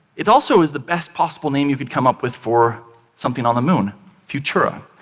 it also is the best possible name you could come up with for something on the moon futura.